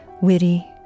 witty